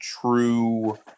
true